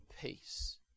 peace